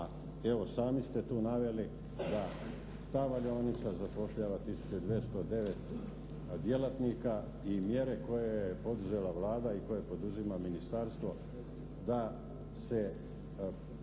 evo sami ste tu naveli da ta valjaonica zapošljava tisuću 209 djelatnika i mjere koje je poduzela Vlada i koje poduzima ministarstvo da se